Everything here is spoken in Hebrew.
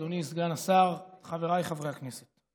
אדוני סגן השר, חבריי חברי הכנסת,